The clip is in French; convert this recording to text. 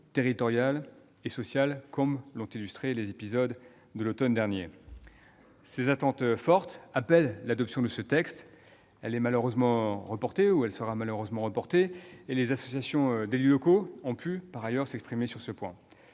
territoriale et sociale, comme l'ont illustré les épisodes de l'automne dernier. Ces attentes fortes appellent l'adoption de ce texte, qui est malheureusement reportée, sachant, par ailleurs, que les associations d'élus locaux ont pu s'exprimer sur ce point.